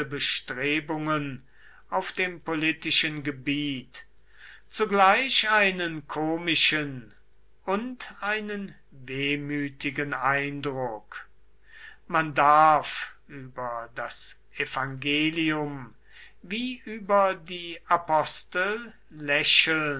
bestrebungen auf dem politischen gebiet zugleich einen komischen und einen wehmütigen eindruck man darf über das evangelium wie über die apostel lächeln